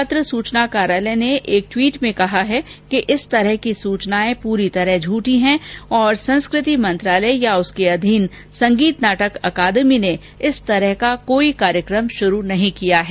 पत्र सूचना कार्यालय ने एक ट्वीट में कहा है कि इस तरह की सूचनाए पूरी तरह झूठी हैं और संस्कृति मंत्रालय या उसके अधीन संगीत नाटक अकादमी ने इस तरह का कोई कार्यक्रम शुरू नहीं किया है